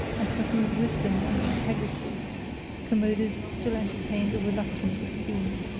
and for whose wisdom and integrity commodus still entertained a reluctant esteem.